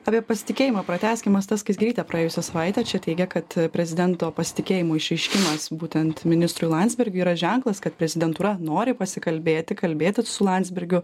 apie pasitikėjimą pratęskim asta skaisgirytė praėjusią savaitę čia teigia kad prezidento pasitikėjimo išreiškimas būtent ministrui landsbergiui yra ženklas kad prezidentūra nori pasikalbėti kalbėtis su landsbergiu